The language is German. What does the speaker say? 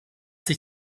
sich